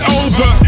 over